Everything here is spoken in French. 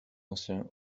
ancien